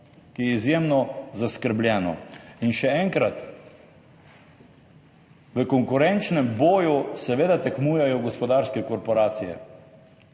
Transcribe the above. ki je izjemno zaskrbljeno. In še enkrat, v konkurenčnem boju seveda tekmujejo gospodarske korporacije